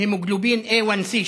ההמוגלובין A1C,